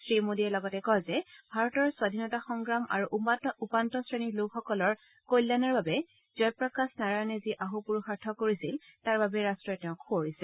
শ্ৰী মোদীয়ে লগতে কয় যে ভাৰতৰ স্বধীনতা সংগ্ৰাম আৰু উপান্ত শ্ৰেণীৰ লোকসকলৰ কল্যাণৰ বাবে জয়প্ৰকাশ নাৰায়ণে যি অহোপুৰুষাৰ্থ কৰিছিল তাৰবাবে ৰাট্টই তেওঁক সোঁৱৰিছে